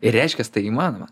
ir reiškias tai įmanoma